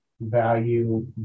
value